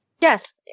Yes